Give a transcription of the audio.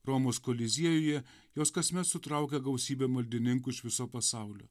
romos koliziejuje jos kasmet sutraukia gausybę maldininkų iš viso pasaulio